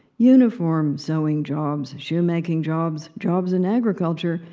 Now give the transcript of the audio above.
uniform-sewing jobs. shoemaking jobs. jobs in agriculture,